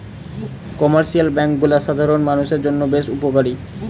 commercial bank গুলা সাধারণ মানুষের জন্য বেশ উপকারী